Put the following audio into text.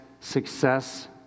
success